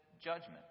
judgment